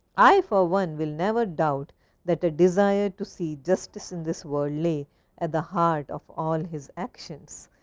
i for one will never doubt that a desire to see justice in this world lay at the hard of all his actions.